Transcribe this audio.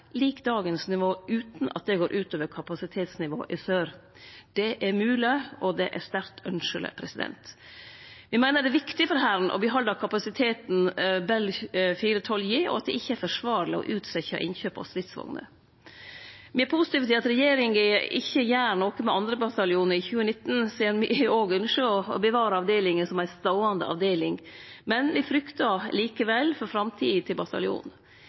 lik dagens nivå, utan at det går ut over kapasitetsnivået i sør. Det er mogleg og sterkt ønskjeleg. Me meiner det er viktig for Hæren å behalde kapasiteten Bell 412 gir, og at det ikkje er forsvarleg å utsetje innkjøp av stridsvogner. Me er positive til at regjeringa ikkje gjer noko med 2. bataljon i 2019, sidan me òg ønskjer å bevare avdelinga som ei ståande avdeling, men me fryktar likevel for framtida til